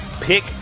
pick